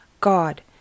God